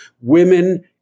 women